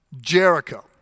Jericho